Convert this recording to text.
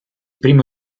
primo